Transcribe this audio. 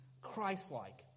Christ-like